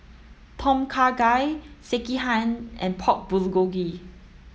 Tom Kha Gai Sekihan and Pork Bulgogi